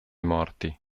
morti